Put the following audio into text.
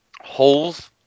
holes